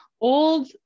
old